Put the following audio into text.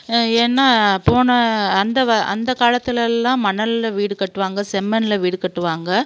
ஏன்னால் போன அந்த அந்த காலத்துலெலாம் மணலில் வீடு கட்டுவாங்க செம்மண்ணில் வீடு கட்டுவாங்கள்